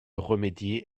remédier